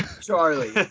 Charlie